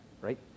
right